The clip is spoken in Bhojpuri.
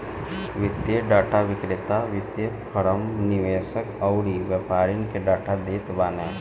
वित्तीय डाटा विक्रेता वित्तीय फ़रम, निवेशक अउरी व्यापारिन के डाटा देत बाने